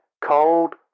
cold